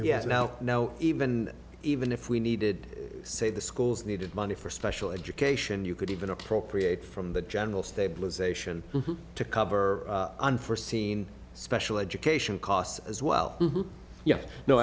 yes now now even even if we needed say the schools needed money for special education you could even appropriate from the general stabilisation to cover unforseen special education costs as well